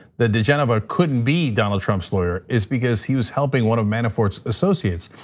that digenova couldn't be donald trump's lawyer is because he was helping one of manafort's associates.